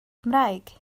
cymraeg